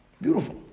Beautiful